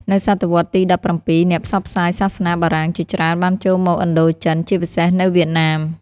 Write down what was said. នៅសតវត្សរ៍ទី ១៧ អ្នកផ្សព្វផ្សាយសាសនាបារាំងជាច្រើនបានចូលមកឥណ្ឌូចិន ជាពិសេសនៅវៀតណាម។